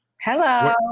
Hello